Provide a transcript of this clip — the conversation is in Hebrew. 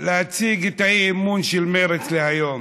להציג את האי-אמון של מרצ להיום.